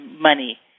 money